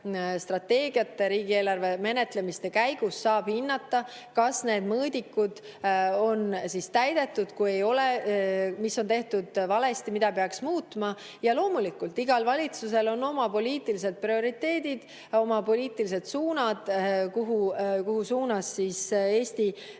riigieelarvete menetlemiste käigus saab hinnata, kas need mõõdikud on täidetud. Kui ei ole, siis mis on tehtud valesti, mida peaks muutma. Loomulikult, igal valitsusel on oma poliitilised prioriteedid, oma poliitilised suunad, kuhu Eesti peaks